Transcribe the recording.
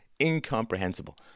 Incomprehensible